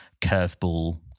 curveball